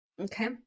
Okay